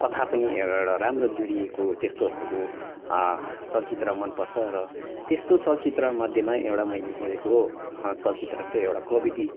कथा पनि एउ एउटा एउटा राम्रो जुरिएको त्यस्तो खालको चलचित्र मनपर्छ र त्यस्तो चलचित्र मध्येमा एउटा मैले हेरेको चलचित्र चाहिँ एउटा कबड्डी